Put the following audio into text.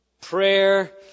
prayer